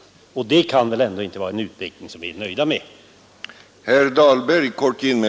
Det är väl inte en utveckling som vi kan vara nöjda med!